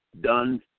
done